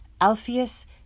Alpheus